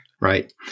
Right